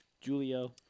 Julio